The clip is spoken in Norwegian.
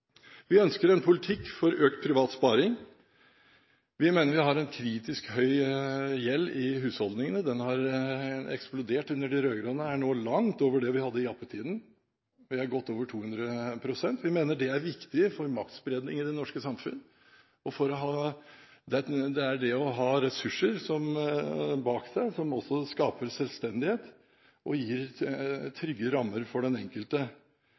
Vi ønsker en politikk for økt privat sparing. Vi mener vi har en kritisk høy gjeld i husholdningene. Den har eksplodert under de rød-grønne og er nå langt over den vi hadde i jappetiden. Vi er godt over 200 pst. Vi mener det er viktig for maktspredning i det norske samfunn, og det å ha ressurser bakfra skaper også selvstendighet og gir trygge rammer for den enkelte.